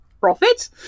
Profit